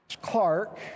Clark